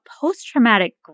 post-traumatic